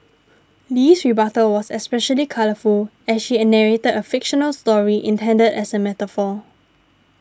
Lee's rebuttal was especially colourful as she a narrated a fictional story intended as a metaphor